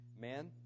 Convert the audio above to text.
man